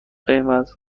قیمت